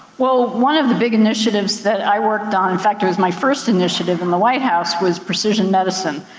well, one of the big initiatives that i worked on, in fact, it was my first initiative in the white house, was precision medicine.